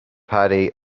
party